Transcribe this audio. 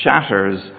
shatters